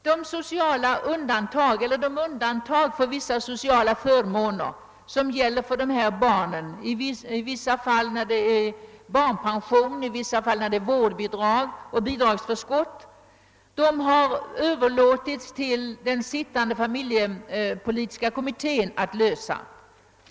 De problem som sammanhänger med de undantag från vissa sociala förmåner det gäller barnpension i vissa fall, vårdbidrag och bidragsförskott i vissa fall — som gäller för dessa barn har överlåtits åt familjepolitiska kommittén att lösa.